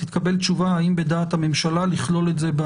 שתתקבל תשובה אם בדעת הממשלה לכלול את זה.